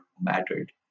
mattered